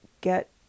get